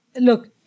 Look